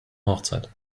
hochzeit